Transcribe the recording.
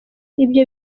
ibyo